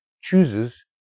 chooses